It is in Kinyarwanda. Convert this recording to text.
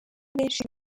benshi